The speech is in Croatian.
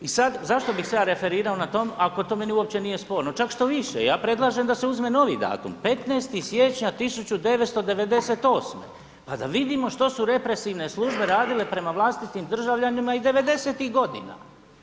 I sada zašto bih se ja referirao na tom ako to meni uopće nije sporno, čak štoviše ja predlažem da se uzme novi datum 15. siječnja 1998. pa da vidimo što su represivne službe radile prema vlastitim državljanima i devedesetih godina.